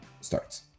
starts